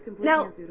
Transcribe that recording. now